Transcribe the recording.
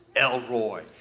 Elroy